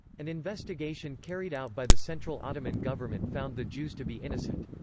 an investigation carried out by the central ottoman government found the jews to be innocent.